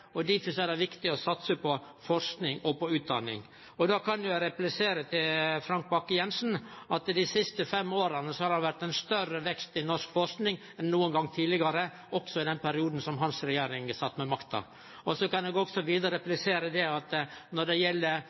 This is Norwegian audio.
er det viktig å satse på forsking og utdanning. Då kan eg replisere til Frank Bakke-Jensen at dei siste fem åra har det vore ein større vekst i norsk forsking enn nokon gong tidlegare, også i den perioden hans parti sat med makta. Så kan eg også vidare replisere at når det gjeld